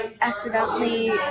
accidentally